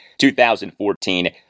2014